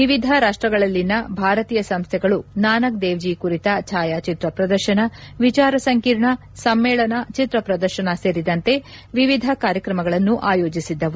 ವಿವಿಧ ರಾಷ್ಸಗಳಲ್ಲಿನ ಭಾರತೀಯ ಸಂಸ್ಥೆಗಳು ನಾನಕ್ ದೇವ್ಜೀ ಕುರಿತ ಛಾಯಾಚಿತ್ರ ಪ್ರದರ್ಶನ ವಿಚಾರ ಸಂಕಿರಣ ಸಮ್ಮೇಳನ ಚಿತ್ರ ಪ್ರದರ್ಶನ ಸೇರಿದಂತೆ ವಿವಿಧ ಕಾರ್ಯಕ್ರಮಗಳನ್ನು ಆಯೋಜಿಸಿದ್ದವು